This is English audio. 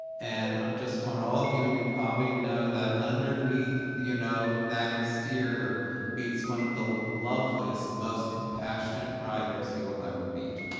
and i just want all of you, and you probably know, that underneath you know that exterior beats one of the loveliest, most compassionate writers you will ever meet.